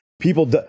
people